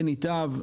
כן ייטב.